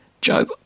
Job